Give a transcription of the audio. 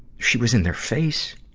she was in their face.